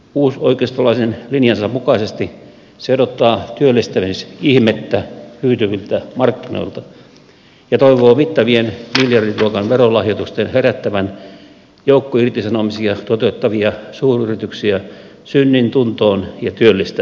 uusoikeistolaisen linjansa mukaisesti se odottaa työllistämisihmettä hyytyviltä markkinoilta ja toivoo mittavien miljardiluokan verolahjoitusten herättävän joukkoirtisanomisia toteuttavia suuryrityksiä synnintuntoon ja työllistämään